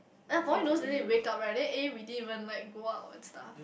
ah for you wake up right then eh we didn't even like go out and stuff